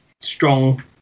strong